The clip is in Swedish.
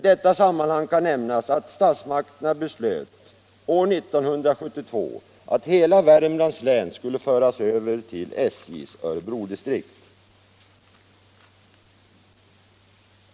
Statsmakterna beslöt år 1972 aut hela Värmlands län skulle föras över till SJ:s Örebrodistrikt.